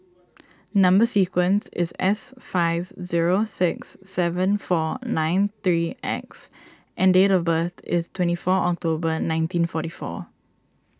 Number Sequence is S five zero six seven four nine three X and date of birth is twenty four October nineteen forty four